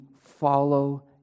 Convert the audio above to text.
follow